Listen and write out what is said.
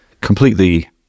completely